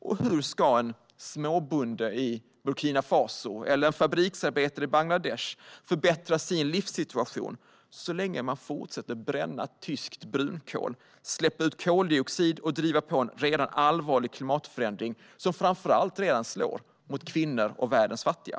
Och hur ska en småbonde i Burkina Faso eller en fabriksarbetare i Bangladesh förbättra sin livssituation så länge man fortsätter bränna tysk brunkol, släppa ut koldioxid och driva på en redan allvarlig klimatförändring som framför allt redan slår mot kvinnor och världens fattiga?